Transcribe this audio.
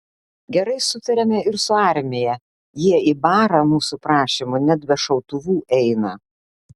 gerai sutariame ir su armija jie į barą mūsų prašymu net be šautuvų eina